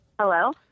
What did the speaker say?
Hello